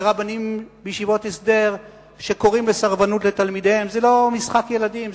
ורבנים בישיבות הסדר שקוראים לתלמידיהם לסרבנות זה לא משחק ילדים,